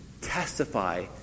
testify